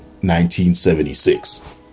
1976